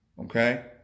Okay